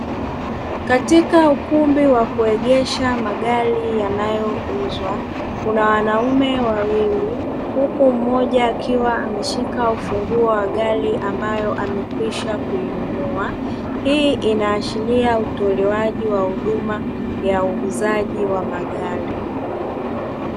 Katika ukumi wa kuegesha magari yanayouzwa, kuna wanaume wawili huku mmoja akiwa ameshika ufunguo wa gari ambaye amekwisha kuinunua, hii inaashiria utolewaji wa huduma ya uuzaji wa magari.